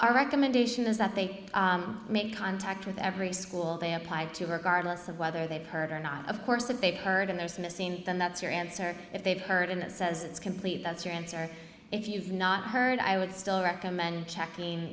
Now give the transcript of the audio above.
our recommendation is that they make contact with every school they apply to regardless of whether they've heard or not of course that they've heard in those missing then that's your answer if they've heard in that says it's complete that's your answer if you've not heard i would still recommend checking